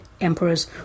emperors